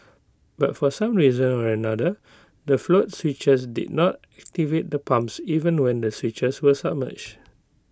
but for some reason or another the float switches did not activate the pumps even when the switches were submerged